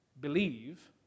believe